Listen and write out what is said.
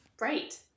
Right